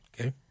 Okay